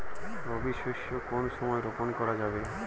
রবি শস্য কোন সময় রোপন করা যাবে?